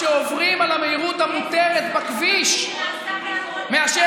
שעוברים על המהירות המותרת בכביש מאשר